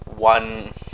One